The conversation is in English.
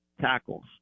tackles